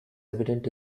evident